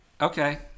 Okay